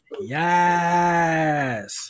Yes